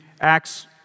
Acts